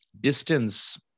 distance